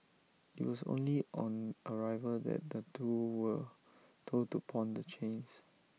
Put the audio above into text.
IT was only on arrival that the two were told to pawn the chains